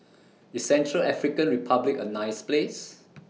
IS Central African Republic A nice Place